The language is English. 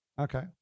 Okay